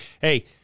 Hey